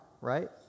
right